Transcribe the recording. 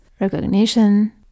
recognition